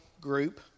group